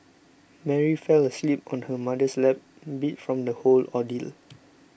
Mary fell asleep on her mother's lap beat from the whole ordeal